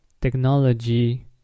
technology